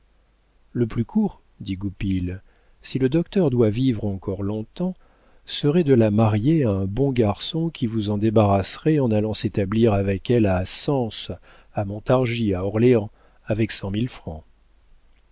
le plus court dit goupil si le docteur doit vivre encore long-temps serait de la marier à un bon garçon qui vous en débarrasserait en allant s'établir avec elle à sens à montargis à orléans